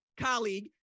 colleague